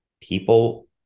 people